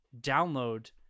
download